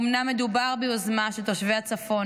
אומנם מדובר ביוזמה של תושבי הצפון,